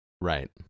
Right